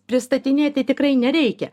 pristatinėti tikrai nereikia